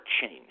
change